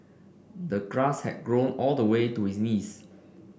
the grass had grown all the way to his knees